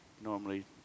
normally